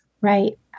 Right